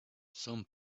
some